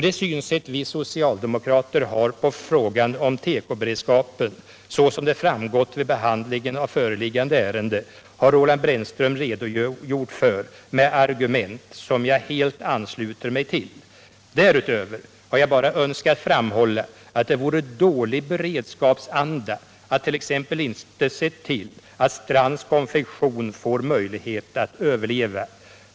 Det synsätt som vi socialdemokrater har på frågan om tekoberedskapen och som framgått i samband med behandlingen av föreliggande ärende har Roland Brännström redogjort för med argument som jag helt ansluter mig till. Därutöver har jag bara önskat framhålla att det vore dålig beredskapsanda att t.ex. inte se till, att Strands Konfektion får möjlighet att överleva.